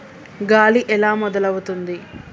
గాలి ఎలా మొదలవుతుంది?